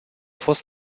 fost